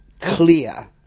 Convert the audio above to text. clear